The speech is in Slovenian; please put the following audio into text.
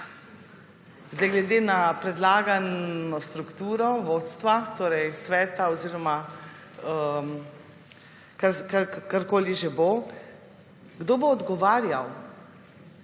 Glede na predlagano strukturo vodstva, torej sveta oziroma karkoli že bo − kdo bo odgovarjal,